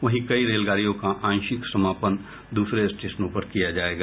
वहीं कई रेलगाड़ियों का आंशिक समापन दूसरे स्टेशनों पर किया जायेगा